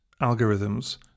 algorithms